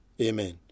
amen